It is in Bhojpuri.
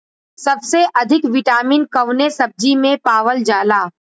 सबसे अधिक विटामिन कवने सब्जी में पावल जाला?